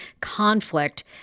conflict